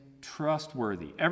trustworthy